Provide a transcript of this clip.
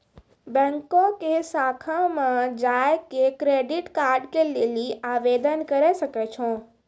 बैंको के शाखा मे जाय के क्रेडिट कार्ड के लेली आवेदन करे सकै छो